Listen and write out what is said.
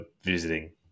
visiting